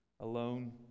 alone